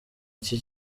iki